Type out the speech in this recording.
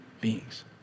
beings